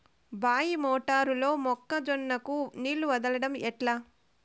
బాయి మోటారు లో మొక్క జొన్నకు నీళ్లు వదలడం ఎట్లా?